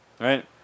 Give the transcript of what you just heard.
right